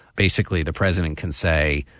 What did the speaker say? basically, the president can say,